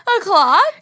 o'clock